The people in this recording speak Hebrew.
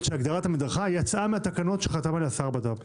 של הגדרת המדרכה יצאה מהתקנות שחתם עליה השר לביטחון פנים.